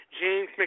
James